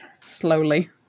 Slowly